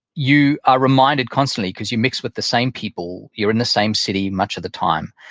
you are reminded constantly because you mix with the same people. you're in the same city much of the time.